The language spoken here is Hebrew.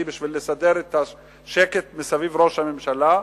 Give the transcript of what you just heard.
בשביל לסדר את השקט סביב ראש הממשלה,